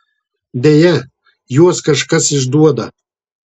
deja juos kažkas išduoda